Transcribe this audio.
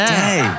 day